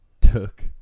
took